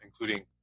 including